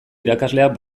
irakasleak